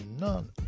none